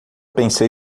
pensei